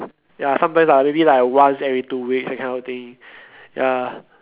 ya sometimes ah maybe like once every two weeks that kind of thing ya